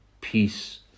peace